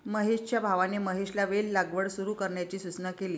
महेशच्या भावाने महेशला वेल लागवड सुरू करण्याची सूचना केली